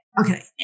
Okay